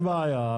אין בעיה.